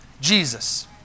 Jesus